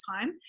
time